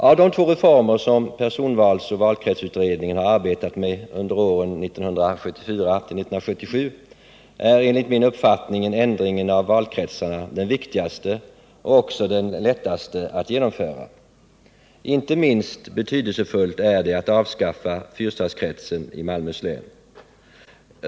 Av de två reformer som personvalsoch valkretsutredningen arbetat med under åren 1974-1977 är enligt min uppfattning ändringen av valkretsarna den viktigaste och också den lättaste att genomföra. Inte minst betydelsefullt är det att avskaffa Fyrstadskretsen i Malmöhus län.